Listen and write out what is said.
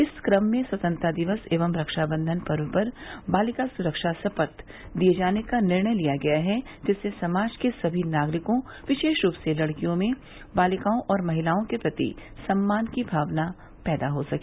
इसी क्रम में स्वतंत्रता दिवस एवं रक्षाबंधन पर्व पर बालिका सुरक्षा शपथ दिये जाने का निर्णय लिया गया है जिससे समाज के सभी नागरिकों विशेष रूप से लड़कों में बालिकाओं और महिलाओं के प्रति सम्मान की भावना पैदा हो सके